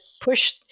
push